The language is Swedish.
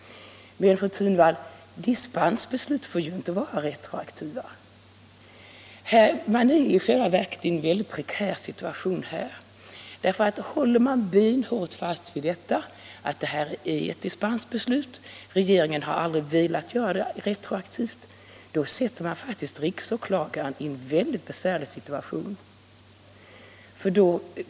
Men, fru Thunvall, dispensbeslut får inte vara retroaktiva. Man är i själva verket här i en prekär situation. Håller man benhårt fast vid att detta är ett dispensbeslut, och att regeringen aldrig har velat göra det retroaktivt, då sätter man faktiskt riksåklagaren i en väldigt besvärlig situation.